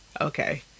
Okay